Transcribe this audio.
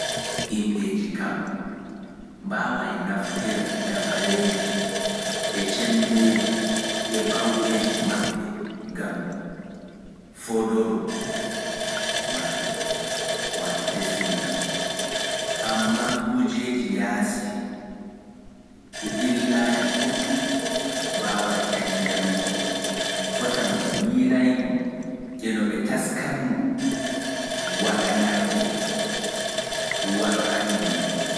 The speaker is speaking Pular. Himɓeeji kam mbaaway naftira e dabareeji, e cemmbeeji e baawɗeeji maɓɓe ngam foondoro maɓɓe waato destiny maɓɓe, ammaa kuujeeji yaasi e ɓillaaji ɗuuɗɗi mbaaway cannjanoo-ɓe, fota no ɓe miilaynoo, e no ɓe taaskannoo waɗanaaki-ɓe, ɗum waɗoraaki nonɗum.